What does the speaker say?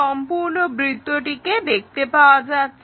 সম্পূর্ণ বৃত্তটিকে দেখা যাচ্ছে